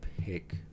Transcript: pick